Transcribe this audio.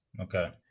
Okay